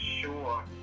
sure